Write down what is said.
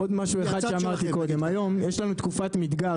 עוד משהו שאמרתי קודם, היום יש לנו תקופת מדגר.